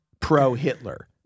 pro-Hitler